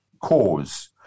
cause